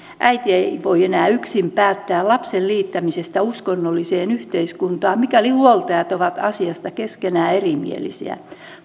äiti ei voi enää yksin päättää lapsen liittämisestä uskonnolliseen yhdyskuntaan mikäli huoltajat ovat asiasta keskenään erimielisiä